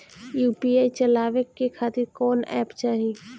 UPI चलवाए के खातिर कौन एप चाहीं?